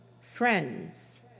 friends